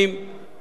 מדינות